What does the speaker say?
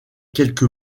quelque